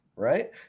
Right